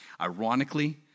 Ironically